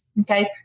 Okay